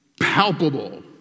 palpable